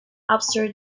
observe